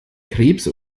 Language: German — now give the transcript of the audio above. krebs